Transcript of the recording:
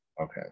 Okay